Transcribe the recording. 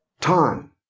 time